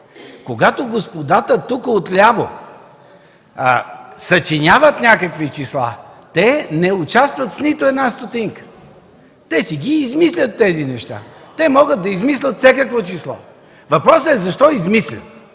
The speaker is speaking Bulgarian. Когато господата тук отляво съчиняват някакви числа, те не участват с нито една стотинка. Те си измислят тези неща. Те могат да измислят всякакво число. Въпросът е: защо измислят?